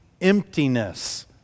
emptiness